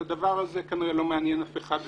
הדבר הזה כנראה לא מעניין אף אחד,